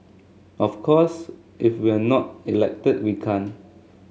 of course if we're not elected we can't